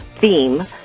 theme